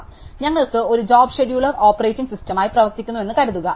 അതിനാൽ ഞങ്ങൾക്ക് ഒരു ജോബ് ഷെഡ്യൂളർ ഓപ്പറേറ്റിംഗ് സിസ്റ്റമായി പ്രവർത്തിക്കുമെന്ന് കരുതുക